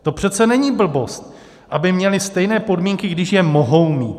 To přece není blbost, aby měli stejné podmínky, když je mohou mít.